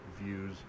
views